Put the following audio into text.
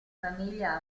famiglia